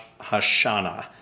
Hashanah